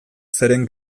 zeren